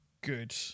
good